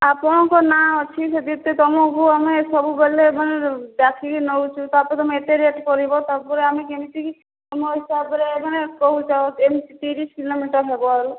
ଆପଣଙ୍କ ନାଁ ଅଛି ଯଦି ଏତେ ତୁମକୁ ଆମେ ସବୁବେଲେ ମାନେ ଡାକିକି ନଉଚୁଁ ତାପରେ ତୁମେ ଏତେ ରେଟ କରିବ ତାପରେ ଆମେ କେମିତି କି ତୁମ ହିସାବରେ ମାନେ କହୁଛ ଏମିତି ତିରିଶ କିଲୋମିଟର ହେବ